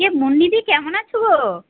কে মুন্নিদি কেমন আছো গো